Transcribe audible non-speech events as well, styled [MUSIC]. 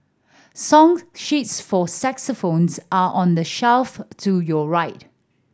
song sheets for [UNINTELLIGIBLE] are on the shelf to your right